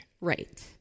Right